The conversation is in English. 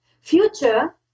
Future